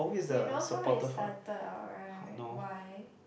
you know how I started out right why